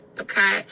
Okay